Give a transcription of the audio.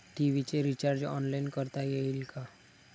TV चे recharge online करता येईल का?